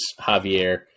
Javier